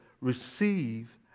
receive